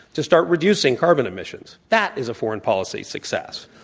to start reducing carbon emissions. that is a foreign policy success.